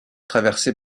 traversée